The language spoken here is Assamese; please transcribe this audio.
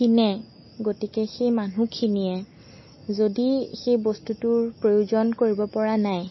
কিনে গতিকে সেই মানুহখিনিয়ে যদি সেই বস্তুটোৰ প্ৰয়োজন কৰিব পৰা নাই